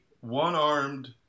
one-armed